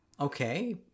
Okay